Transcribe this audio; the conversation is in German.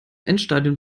endstadium